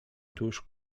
tuż